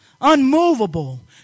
unmovable